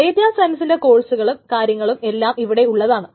data സയൻസിന്റെ കോഴ്സുകളും കാര്യങ്ങളും എല്ലാം ഇവിടെ ഉള്ളതാണ്